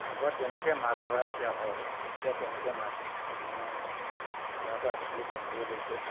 আগত যেনেকৈ মাছ ধৰা এতিয়া হয় এতিয়া তেনেকৈ মাছ মানে ধৰাতো আজিকালি কমিয়ে গৈছে